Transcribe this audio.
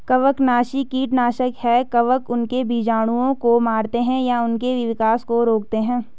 कवकनाशी कीटनाशक है कवक उनके बीजाणुओं को मारते है या उनके विकास को रोकते है